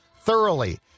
thoroughly